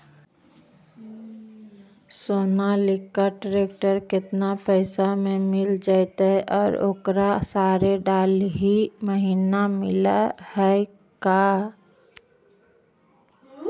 Sonalika tractor केतना पैसा में मिल जइतै और ओकरा सारे डलाहि महिना मिलअ है का?